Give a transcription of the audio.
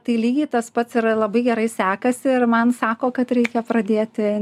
tai lygiai tas pats ir labai gerai sekasi ir man sako kad reikia pradėti